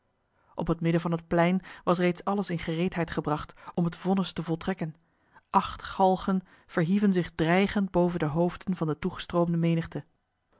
op het midden van het plein was reeds alles in gereedheid gebracht om het vonnis te voltrekken acht galgen verhieven zich dreigend boven de hoofden van de toegestroomde menigte